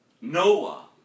Noah